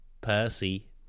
Percy